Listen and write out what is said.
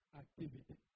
activity